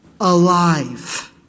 alive